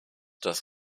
dass